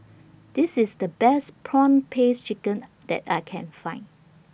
This IS The Best Prawn Paste Chicken that I Can Find